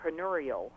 entrepreneurial